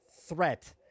Threat